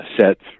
sets